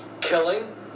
killing